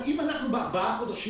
אם אנחנו בארבעת החודשים,